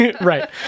right